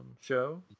show